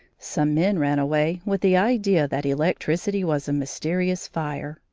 some men ran away with the idea that electricity was a mysterious fire,